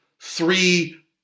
three